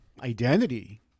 identity